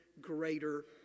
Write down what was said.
greater